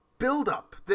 build-up